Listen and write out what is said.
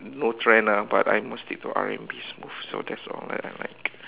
no trend ah but I mostly to R&B most so that's all that I like